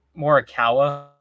Morikawa